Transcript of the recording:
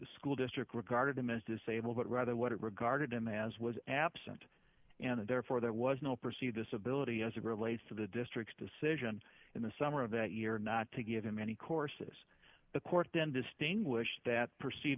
school district regarded him as disabled but rather what it regarded him as was absent and therefore there was no perceive disability as it relates to the district's decision in the summer of that year not to give him any courses the court then distinguish that perceive